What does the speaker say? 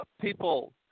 people